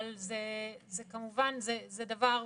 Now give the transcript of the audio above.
אבל זה דבר מיושן,